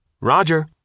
Roger